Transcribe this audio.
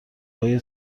های